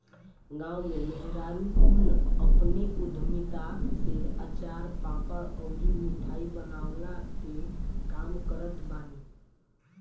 गांव में मेहरारू कुल अपनी उद्यमिता से अचार, पापड़ अउरी मिठाई बनवला के काम करत बानी